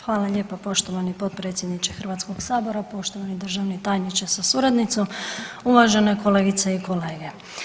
Hvala lijepa poštovani potpredsjedniče Hrvatskog sabora, poštovani državni tajniče sa suradnicom, uvažene kolegice i kolege.